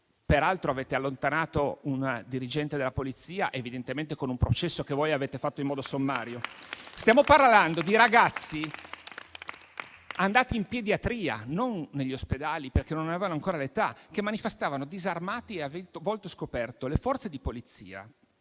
Peraltro avete allontanato una dirigente della Polizia, evidentemente con un processo che voi avete fatto in modo sommario. Stiamo parlando di ragazzi andati in pediatria, non negli ospedali, perché non avevano ancora l'età, che manifestavano disarmati e a volto scoperto. Le Forze di polizia